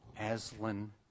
Aslan